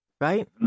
right